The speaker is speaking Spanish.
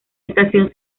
estación